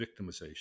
victimization